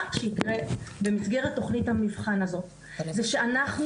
מה שיקרה במסגרת תוכנית המבחן הזאת היא שאנחנו